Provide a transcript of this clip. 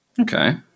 Okay